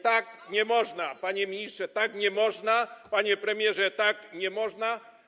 Tak nie można, panie ministrze, tak nie można, panie premierze, tak nie można.